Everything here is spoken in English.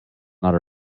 not